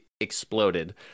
exploded